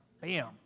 Bam